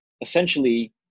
essentially